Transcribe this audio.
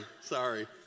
sorry